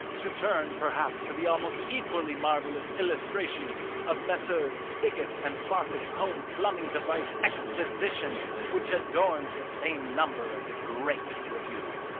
to turn perhaps to the almost equally marvellous illustration of messrs. spiggott and fawcett's home plumbing device exposition which adorns the same number of the great review.